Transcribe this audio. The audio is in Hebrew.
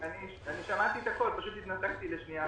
אני שמעתי את הכול, פשוט התנתקתי לשנייה אחת.